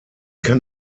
kann